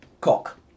cock